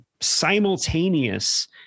simultaneous